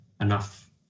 enough